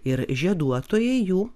ir žieduotojai jų